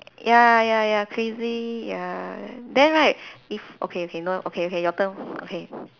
ya ya ya crazy ya then right if okay okay no okay okay your turn okay